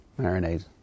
marinade